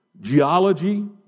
geology